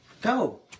go